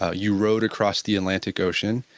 ah you rode across the atlantic ocean.